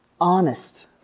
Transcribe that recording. honest